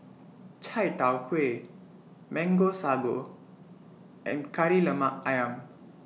Chai Tow Kuay Mango Sago and Kari Lemak Ayam